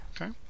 Okay